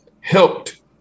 helped